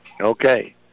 Okay